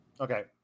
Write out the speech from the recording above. Okay